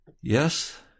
Yes